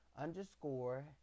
underscore